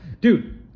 Dude